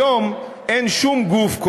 היום אין שום גוף,